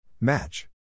Match